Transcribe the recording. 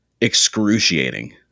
excruciating